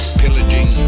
pillaging